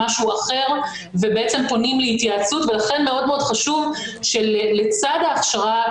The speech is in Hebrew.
משהו אחר ובעצם פונים להתייעצות ולכן מאוד חשוב שלצד ההכשרה,